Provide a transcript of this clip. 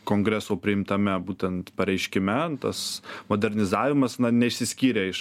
kongreso priimtame būtent pareiškime tas modernizavimas na neišsiskyrė iš